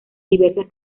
diversas